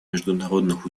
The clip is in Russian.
международных